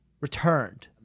returned